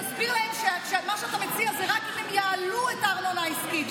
אדוני השר תסביר להם שמה שאתה מציע זה רק אם הם יעלו את הארנונה העסקית,